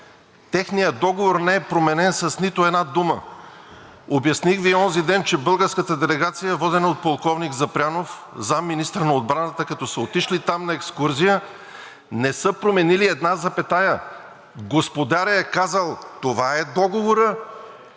Техният договор не е променен с нито дума. Онзи ден Ви обясних, че българската делегация, водена от полковник Запрянов – заместник-министър на отбраната, като са отишли там на екскурзия, не са променили и една запетая. Господарят е казал: това е договорът